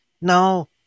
No